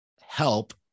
help